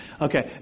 Okay